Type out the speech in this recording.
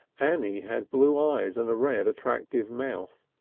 annie had blue eyes and a red, attractive mouth,